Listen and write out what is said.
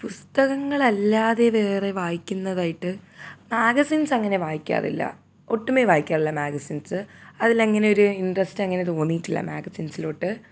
പുസ്തകങ്ങളല്ലാതെ വേറെ വായിക്കുന്നതായിട്ട് മാഗസിൻസ് അങ്ങനെ വായിക്കാറില്ല ഒട്ടുമേ വായിക്കാറില്ല മാഗസിൻസ് അതിലങ്ങനെ ഒരു ഇൻട്രസ്റ്റങ്ങനെ തോന്നിയിട്ടില്ല മാഗസിൻസിലോട്ട്